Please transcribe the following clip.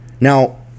Now